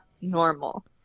normal